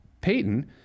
Peyton